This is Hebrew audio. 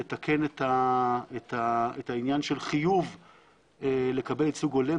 נתקן את העניין של חיוב לקבל ייצוג הולם.